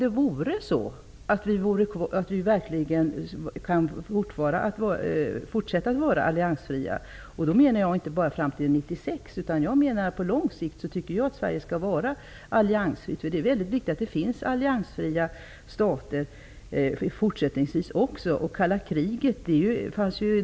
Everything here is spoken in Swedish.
Det kunde jag kanske tycka om det vore så att vi verkligen kunde fortsätta att vara alliansfria. Då menar jag inte bara fram till 1996. Jag tycker att Sverige även på lång sikt skall vara alliansfritt. Det är viktigt att det finns alliansfria stater också fortsättningsvis.